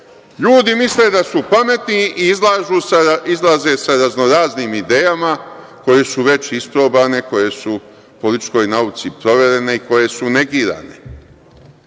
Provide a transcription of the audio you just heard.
ljudi misle da su pametni i izlaze sa raznoraznim idejama koje su već isprobane, koje su u političkoj nauci proverene i koje su negirane.